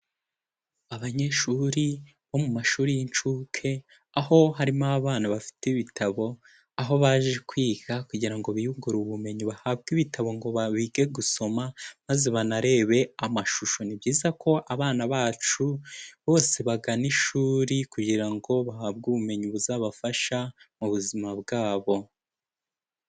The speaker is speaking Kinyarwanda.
Abanyeshuri bo mu mashuri y'inshuke, aho harimo abana bafite ibitabo, aho baje kwiga kugira ngo biyungure ubumenyi bahabwe ibitabo ngo bige gusoma, maze banarebe amashusho, ni byiza ko abana bacu bose bagana ishuri kugira ngo bahabwe ubumenyi buzabafasha mu buzima bwabo.